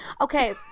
Okay